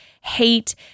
hate